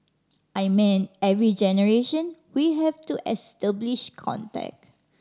I mean every generation we have to establish contact